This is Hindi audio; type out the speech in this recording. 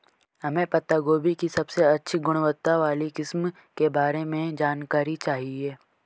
हमें पत्ता गोभी की सबसे अच्छी गुणवत्ता वाली किस्म के बारे में जानकारी चाहिए?